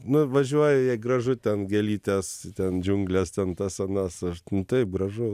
nu važiuoja jai gražu ten gėlytės ten džiunglės ten tas anas aš taip gražu